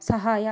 ಸಹಾಯ